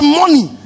money